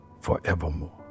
forevermore